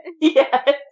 Yes